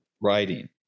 writing